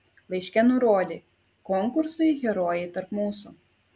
laiške nurodė konkursui herojai tarp mūsų